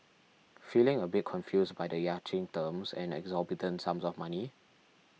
feeling a bit confused by the yachting terms and exorbitant sums of money